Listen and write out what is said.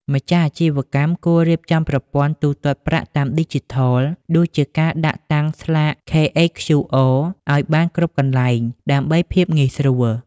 ម្ចាស់អាជីវកម្មគួររៀបចំប្រព័ន្ធ ទូទាត់ប្រាក់តាមឌីជីថល ដូចជាការដាក់តាំងស្លាក KHQR ឱ្យបានគ្រប់កន្លែង ដើម្បីភាពងាយស្រួល។